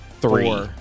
three